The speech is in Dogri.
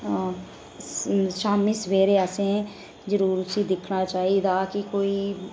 शामी सबेरे असें जरूर उसी दिक्खना चाहिदा कि कोई